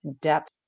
depth